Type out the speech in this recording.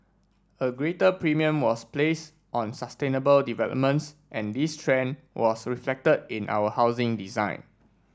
a greater premium was place on sustainable developments and this trend was reflected in our housing design